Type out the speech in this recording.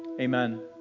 Amen